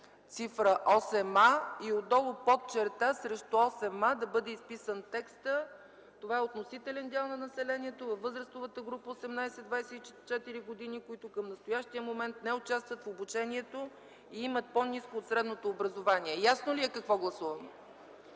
цифрата „8а” и отдолу под черта срещу „8а” да бъде изписан текстът: „Това е относителеният дял на населението във възрастовата група 18 24 години, които към настоящия момент не участват в обучението и имат по-ниско от средно образование”. Ясно ли е какво гласуваме?